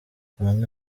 bamwe